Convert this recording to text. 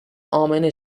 امنه